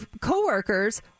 coworkers